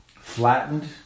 Flattened